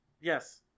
Yes